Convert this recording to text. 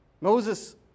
Moses